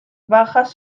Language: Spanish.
bajas